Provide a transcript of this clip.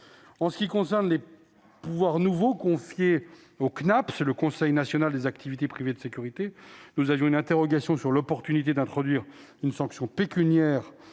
En ce qui concerne les pouvoirs nouveaux confiés au Conseil national des activités privées de sécurité (Cnaps), nous avions une interrogation sur l'opportunité d'introduire une sanction pécuniaire